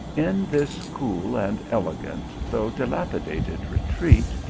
in this cool and elegant though dilapidated re treat,